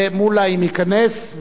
ומולה, אם ייכנס.